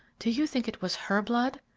do you think it was her blood?